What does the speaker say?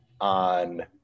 on